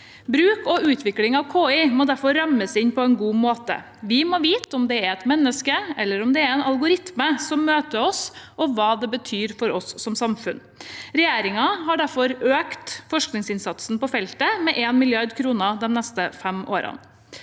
Bruk og utvikling av KI må derfor rammes inn på en god måte. Vi må vite om det er et menneske eller om det er en algoritme som møter oss, og hva det betyr for oss som samfunn. Regjeringen har derfor økt forskningsinnsatsen på feltet med 1 mrd. kr de neste fem årene.